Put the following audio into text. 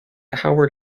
howard